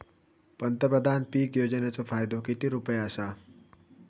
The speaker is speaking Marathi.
पंतप्रधान पीक योजनेचो फायदो किती रुपये आसा?